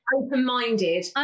open-minded